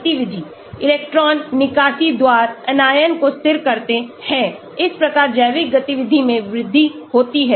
electron निकासी द्वारा anion को स्थिर करते हैं इस प्रकार जैविक गतिविधि में वृद्धि होती है